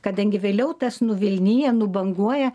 kadangi vėliau tas nuvilnija nubanguoja